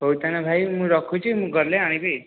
ହଉ ତାହାଲେ ଭାଇ ମୁଁ ରଖୁଛି ମୁଁ ଗଲେ ଆଣିବି